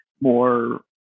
more